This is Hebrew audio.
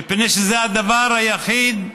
מפני שזה הדבר היחיד,